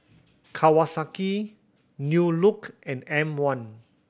Kawasaki New Look and M One